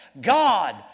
God